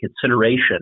consideration